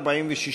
46,